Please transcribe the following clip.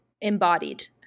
embodied